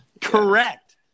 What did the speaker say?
Correct